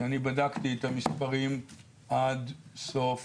כי בדקתי את המספרים עד סוף